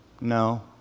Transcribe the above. No